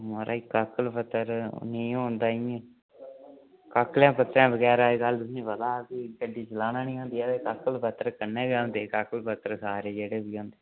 ओह् महाराज काकल पत्तर नि होन तां इयै काकलें पत्तरें बगैर अज्ज्कल तुसेंगी पता गड्डी चलाने गै नेईं होंदी काकल पत्तर कन्नै गै होंदे काकल पत्तर सरे जेह्ड़े बी होंदे